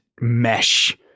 mesh